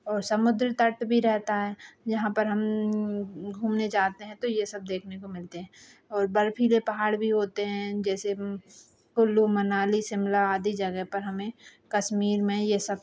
और समुद्र तट भी रहता है जहाँ पर हम घूमने जाते हैं तो यह सब देखने को मिलते हैं और बर्फीले पहाड़ भी होते हैं जैसे कुल्लू मनाली शिमला आदि जगह पर हमें कश्मीर में यह सब